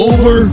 Over